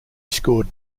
scored